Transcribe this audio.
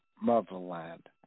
motherland